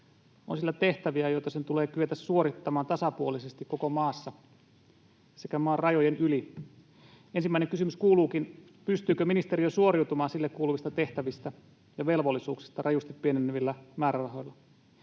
on sillä tehtäviä, joita sen tulee kyetä suorittamaan tasapuolisesti koko maassa sekä maan rajojen yli. Ensimmäinen kysymys kuuluukin: pystyykö ministeriö suoriutumaan sille kuuluvista tehtävistä ja velvollisuuksista rajusti pienenevillä määrärahoilla?